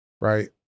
right